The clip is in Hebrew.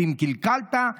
שאם קלקלת אין מי שיתקן,